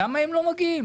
למה הן לא מגיעות?